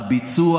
הביצוע,